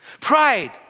Pride